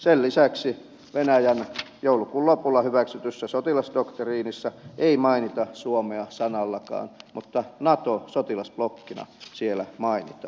sen lisäksi venäjän joulukuun lopulla hyväksytyssä sotilasdoktriinissa ei mainita suomea sanallakaan mutta nato sotilasblokkina siellä mainitaan